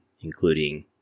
including